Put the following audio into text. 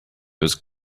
was